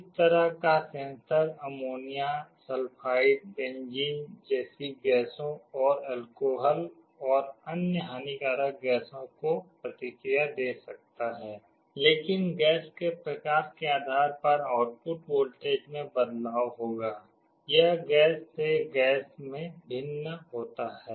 इस तरह का सेंसर अमोनिया सल्फाइड बेंजीन जैसी गैसों और अल्कोहल और अन्य हानिकारक गैसों को प्रतिक्रिया दे सकता है लेकिन गैस के प्रकार के आधार पर आउटपुट वोल्टेज में बदलाव होगा यह गैस से गैस में भिन्न होता है